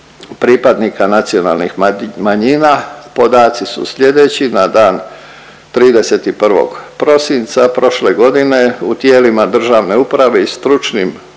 pripadnika nacionalnih manjina podaci su slijedeći. Na dan 31. prosinca prošle godine u tijelima državne uprave i stručnim